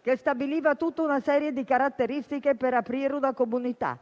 che stabiliva tutta una serie di caratteristiche per aprire una comunità.